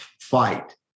fight